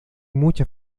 mucha